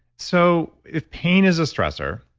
so if pain is a stressor,